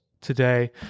today